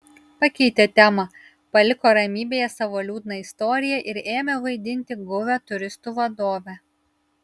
pakeitė temą paliko ramybėje savo liūdną istoriją ir ėmė vaidinti guvią turistų vadovę